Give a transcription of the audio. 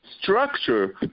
structure